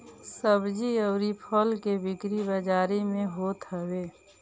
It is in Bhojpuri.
सब्जी अउरी फल के बिक्री बाजारी में होत हवे